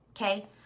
okay